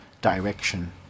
direction